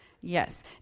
Yes